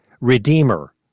redeemer